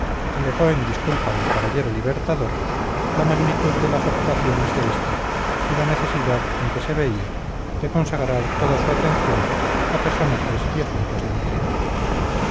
alegó en disculpa del caballero libertador la magnitud de las ocupaciones de este y la necesidad en que se veía de consagrar toda su atención a personajes y asuntos de madrid